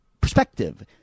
perspective